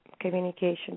Communication